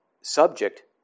subject